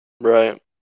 right